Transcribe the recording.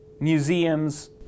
museums